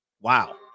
Wow